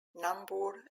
nambour